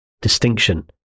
distinction